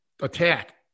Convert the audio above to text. attack